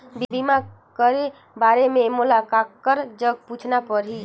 बीमा कर बारे मे मोला ककर जग पूछना परही?